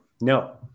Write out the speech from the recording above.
no